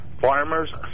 Farmers